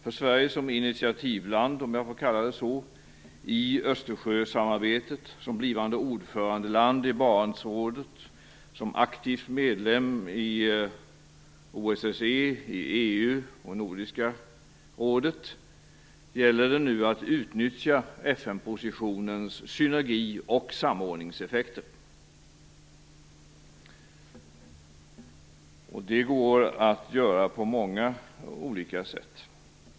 För Sverige som initiativland, om jag får kalla det så, i Östersjösamarbetet som blivande ordförandeland i Barentsrådet, som aktiv medlem i OSSE, i EU och i Nordiska rådet gäller det nu att utnyttja FN-positionens synergi och samordningseffekter. Detta går att göra på många olika sätt.